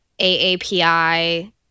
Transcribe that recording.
AAPI